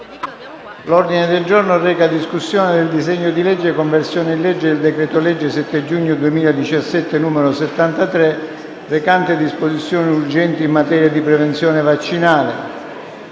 in sede di discussione del disegno di legge "Conversione in legge del decreto-legge 7 giugno 2017, n. 73, recante disposizioni urgenti in materia di prevenzione vaccinale";